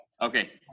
Okay